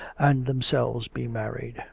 and themselves be married.